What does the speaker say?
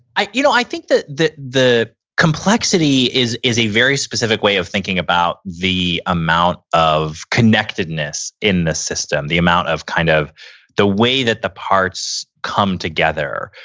i you know i think that the the complexity is is a very specific way of thinking about the amount of connectedness in the system, the amount of kind of the way that the parts come together.